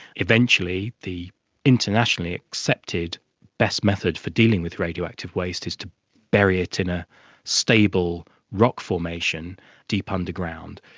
eventually the internationally accepted best method for dealing with radioactive waste is to bury it in a stable rock formation deep underground,